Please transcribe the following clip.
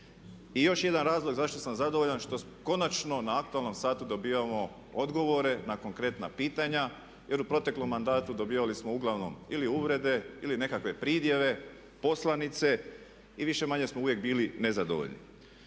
I još jedan razlog zašto sam zadovoljan, što konačno na aktualnom satu dobivamo odgovore na konkretna pitanja jer u proteklom mandatu dobivali smo uglavnom ili uvrede ili nekakve pridjeve, poslanice i više-manje smo uvijek bili nezadovoljni.